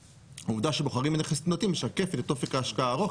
ועובדה שבוחרים נכס תנודתי משקפת את אופק ההשקעה הארוך,